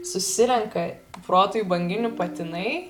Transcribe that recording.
susirenka kuprotųjų banginių patinai